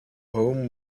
home